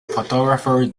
photographer